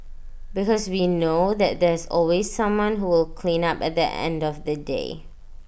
because we know that there's always someone who will clean up at the end of the day